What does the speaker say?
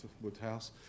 Woodhouse